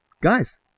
guys